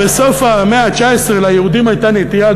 בסוף המאה ה-19 ליהודים הייתה נטייה,